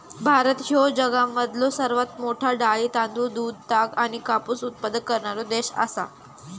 भारत ह्यो जगामधलो सर्वात मोठा डाळी, तांदूळ, दूध, ताग आणि कापूस उत्पादक करणारो देश आसा